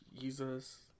Jesus